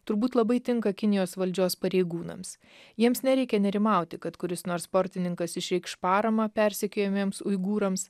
turbūt labai tinka kinijos valdžios pareigūnams jiems nereikia nerimauti kad kuris nors sportininkas išreikš paramą persekiojamiems uigūrams